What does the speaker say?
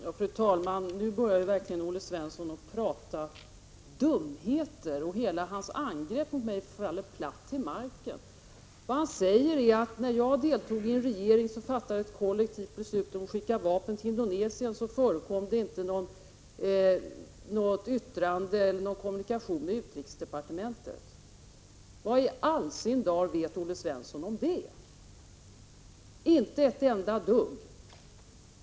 Fru talman! Nu börjar verkligen Olle Svensson prata dumheter. Hela hans angrepp mot mig faller platt till marken. Vad han säger är att när jag deltog i en regering som fattade ett kollektivt beslut om att skicka vapen till Indonesien, så förekom det inte något yttrande från eller någon kommunikation med utrikesdepartementet. Vad i all sin dar vet Olle Svensson om det? Inte ett enda dugg!